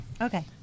Okay